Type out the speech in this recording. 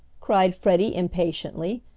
cried freddie impatiently,